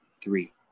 three